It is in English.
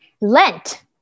Lent